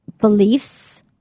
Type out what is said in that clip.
beliefs